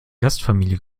gastfamilie